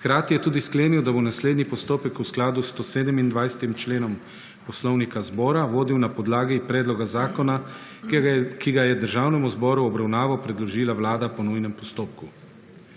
Hkrati je tudi sklenil, da bo naslednji postopek v skladu s 127. členom Poslovnika Državnega zbora vodil na podlagi predloga zakona, ki ga je Državnemu zboru v obravnavo predložila Vlada po nujnem postopku.